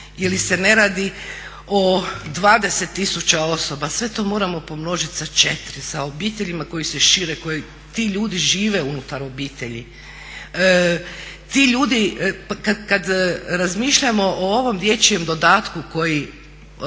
ili se ne radi o 20 tisuća osoba, sve to moramo pomnožiti sa 4 sa obiteljima koje se šire, ti ljudi žive unutar obitelji. Kada razmišljamo o ovom dječjem dodatku koji